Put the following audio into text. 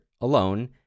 alone